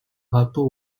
rapport